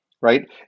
right